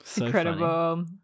Incredible